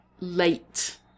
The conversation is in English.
late